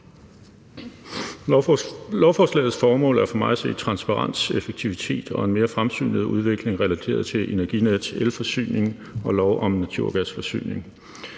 Lovforslagets formål er for mig at se transparens, effektivitet og en mere fremsynet udvikling relateret til Energinets elforsyning og lov om naturgasforsyning,